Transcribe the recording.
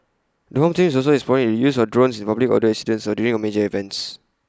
the home team is also exploring the use of drones in public order incidents or during major events